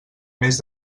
més